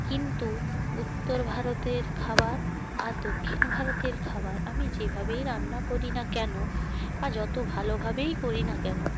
কিন্তু উত্তর ভারতের খাবার আর দক্ষিণ ভারতের খাবার আমি যে ভাবেই রান্না করি না কেন বা যত ভালোভাবেই করি না কেন